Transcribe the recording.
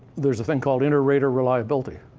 there's a thing called inter-rater reliability.